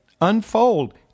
unfold